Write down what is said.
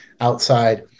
outside